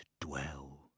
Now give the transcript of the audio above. dwell